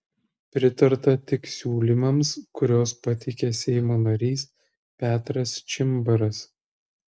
pritarta tik siūlymams kuriuos pateikė seimo narys petras čimbaras